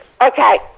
Okay